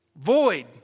void